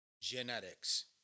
Genetics